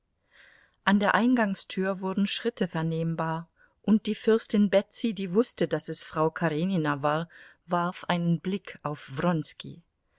an der eingangstür wurden schritte vernehmbar und die fürstin betsy die wußte daß es frau karenina war warf einen blick auf